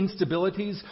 instabilities